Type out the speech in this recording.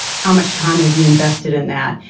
how much time have you invested in that?